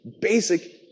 basic